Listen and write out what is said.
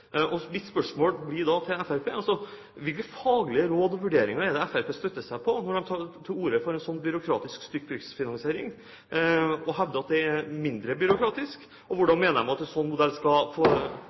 Mitt spørsmål til Fremskrittspartiet blir da: Hvilke faglige råd og vurderinger er det Fremskrittspartiet støtter seg til når de tar til orde for en slik byråkratisk stykkprisfinansiering og hevder at det er mindre byråkratisk?